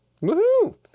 Woo-hoo